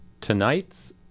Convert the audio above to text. tonight's